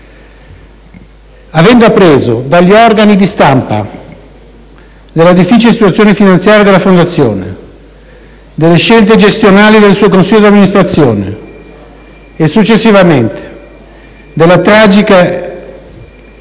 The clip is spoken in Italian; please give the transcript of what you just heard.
Avendo appreso dagli organi di stampa della difficile situazione finanziaria della fondazione, delle scelte gestionali del suo consiglio di amministrazione e successivamente della tragica,